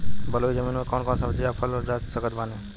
बलुई जमीन मे कौन कौन सब्जी या फल उपजा सकत बानी?